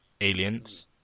aliens